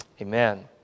amen